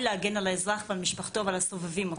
להגן על האזרח ועל משפחתו ועל הסובבים אותו,